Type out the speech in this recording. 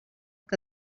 que